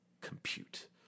compute